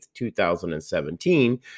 2017